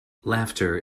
laughter